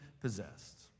possessed